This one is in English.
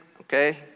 okay